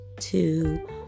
two